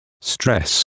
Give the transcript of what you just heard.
stress